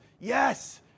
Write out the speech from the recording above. yes